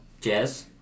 Jazz